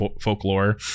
Folklore